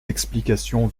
explications